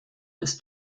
ist